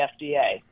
FDA